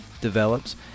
develops